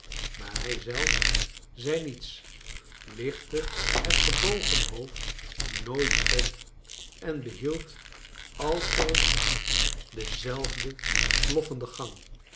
maar hij zelf zei niets lichtte het gebogen hoofd nooit op en behield altijd donzelfden kleine dokkit sloffenden gang